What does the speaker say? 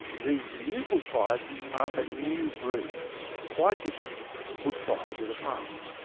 these new bushfires are a new breed quite different from bushfires of the past.